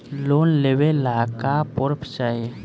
Loan लेवे ला का पुर्फ चाही?